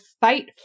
fight